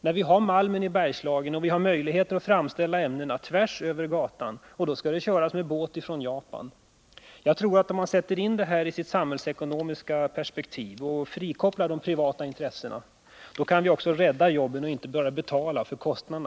När vi har malmen i Bergslagen och möjlighet att framställa ämnena tvärs över gatan, så körs de ändå med båt från Japan. Om man sätter in stålpolitiken i dess samhällsekonomiska perspektiv och frikopplar de privata intressena, kan vi också rädda jobben.